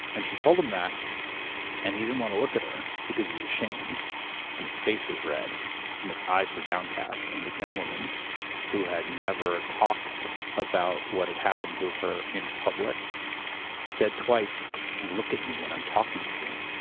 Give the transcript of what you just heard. and she told him that and he didn't want to look at her because he was ashamed and his face was red and his eyes were downcast. and this young woman who had never talked about what had happened to her in public said twice look at me when i'm talking to you.